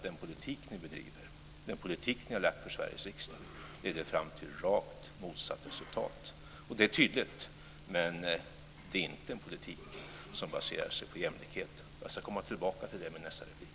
Den politik ni bedriver, den politik ni har lagt fram för Sveriges riksdag, leder fram till rakt motsatt resultat. Det är tydligt, men det är inte en politik som baserar sig på jämlikhet. Jag ska komma tillbaka till det i min nästa replik.